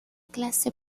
clase